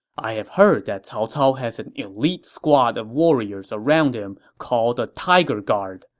i've heard that cao cao has an elite squad of warriors around him called the tiger guard,